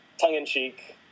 tongue-in-cheek